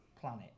planet